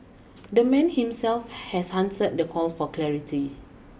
the man himself has answered the call for clarity